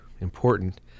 important